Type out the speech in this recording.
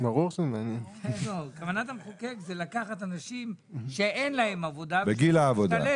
היא לקחת אנשים שאין להם עבודה ולגרום להם להשתלב,